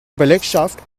belegschaft